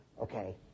okay